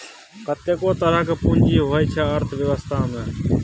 कतेको तरहक पुंजी होइ छै अर्थबेबस्था मे